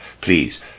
Please